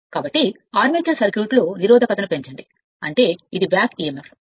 కాబట్టి ఆర్మేచర్ సర్క్యూట్లో నిరోధకత ను పెంచండి అంటే ఇది తిరిగి emf